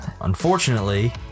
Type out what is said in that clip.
Unfortunately